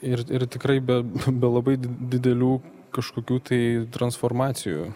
ir ir tikrai be be labai b labai didelių kažkokių tai transformacijų